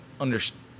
understand